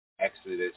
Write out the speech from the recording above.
Exodus